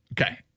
Okay